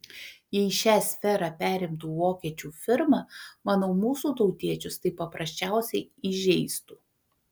jei šią sferą perimtų vokiečių firma manau mūsų tautiečius tai paprasčiausiai įžeistų